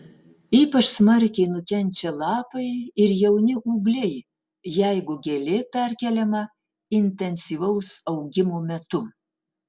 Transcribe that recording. ypač smarkiai nukenčia lapai ir jauni ūgliai jeigu gėlė perkeliama intensyvaus augimo metu